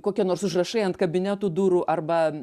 kokie nors užrašai ant kabinetų durų arba